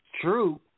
true